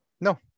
no